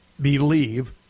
believe